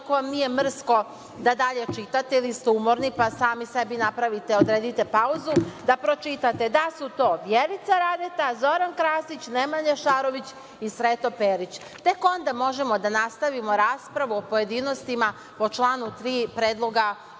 ako vam nije mrsko da dalje čitate ili ste umorni, pa sami sebi napravite, odredite pauzu, da pročitate da su to Vjerica Radeta, Zoran Krasić, Nemanja Šarović i Sreto Perić. Tek onda možemo da nastavimo raspravu o pojedinostima po članu 3. predloga